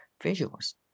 visuals